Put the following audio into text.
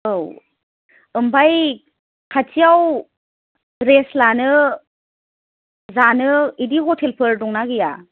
औ ओमफ्राय खाथियाव रेस्ट लानो जानो इदि हटेलफोर दंना गैया